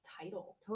title